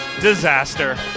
Disaster